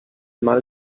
mal